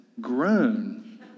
grown